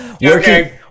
Working